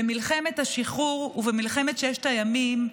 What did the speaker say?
במלחמת השחרור ובמלחמת ששת הימים,